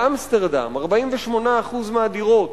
באמסטרדם, 48% מהדירות